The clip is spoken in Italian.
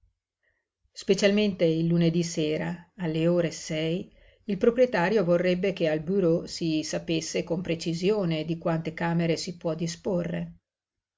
specialmente il lunedí sera alle ore sei il proprietario vorrebbe che al bureau si sapesse con precisione di quante camere si può disporre